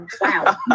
wow